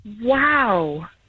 Wow